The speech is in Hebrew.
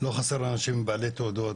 לא חסר אנשים בעלי תעודות,